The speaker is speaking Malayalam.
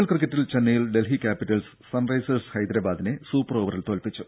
എൽ ക്രിക്കറ്റിൽ ചെന്നൈയിൽ ഡൽഹി ക്യാപിറ്റൽസ് സൺറൈസേഴ്സ് ഹൈദെരാബാദിനെ സൂപ്പർ ഓവറിൽ തോൽപ്പിച്ചു